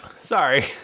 Sorry